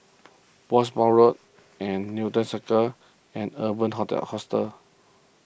Bournemouth Road and Newton Circus and Urban Hotel Hostel